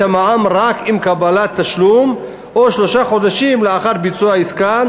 המע"מ רק עם קבלת התשלום או שלושה חודשים לאחר ביצוע העסקה,